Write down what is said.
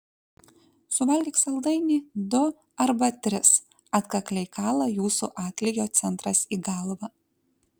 suvalgyk saldainį du arba tris atkakliai kala jūsų atlygio centras į galvą